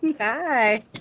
Hi